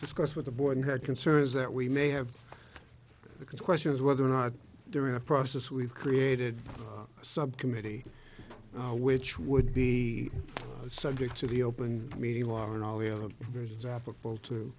discussed with the board and had concerns that we may have questions whether or not during the process we've created a subcommittee which would be subject to the open meeting law and all the other versions applicable to